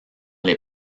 les